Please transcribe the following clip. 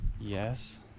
Yes